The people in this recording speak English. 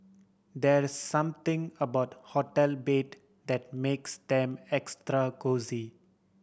there's something about hotel bed that makes them extra cosy